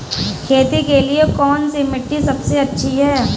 खेती के लिए कौन सी मिट्टी सबसे अच्छी है?